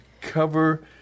cover